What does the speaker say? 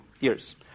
years